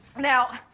now,